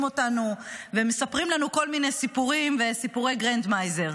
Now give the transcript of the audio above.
אותנו ומספרים לנו כל מיני סיפורים וסיפורי גרנדמייזר,